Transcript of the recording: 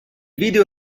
video